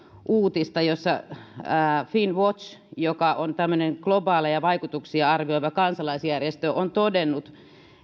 uutista jossa finnwatch joka on tämmöinen globaaleja vaikutuksia arvioiva kansalaisjärjestö on todennut